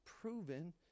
proven